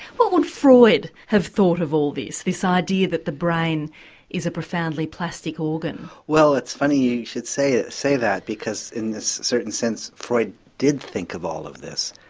what would freud have thought of all this, this idea that the brain is a profoundly plastic organ? well it's funny you should say ah say that because in this certain sense freud did think of all of this.